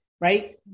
right